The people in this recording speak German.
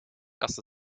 das